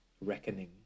reckoning